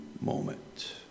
moment